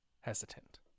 Hesitant